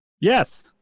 Yes